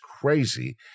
crazy